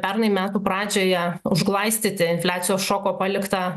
pernai metų pradžioje užglaistyti infliacijos šoko paliktą